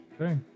Okay